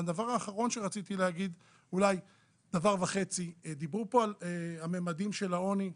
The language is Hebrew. דיברו פה על הממדים של העוני.